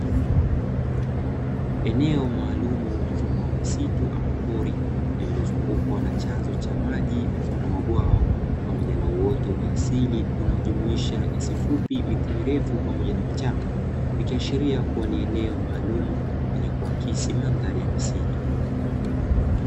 Eneo maalumu mfano wa msitu ama pori lililozungukwa na chanzo cha maji mfano wa bwawa, pamoja na uwoto wa asili unaojumuisha nyasi fupi, miti mirefu pamoja na vichaka, ikiashiria kuwa ni eneo maalumu lakuakisi mandhari ya misitu.